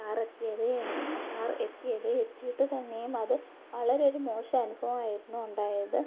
കാറെത്തിയത് car എത്തിയത് എത്തിയിട്ടു തന്നെയും അത് വളരെ ഒരു മോശം അനുഭവമായിരുന്നു ഉണ്ടായത്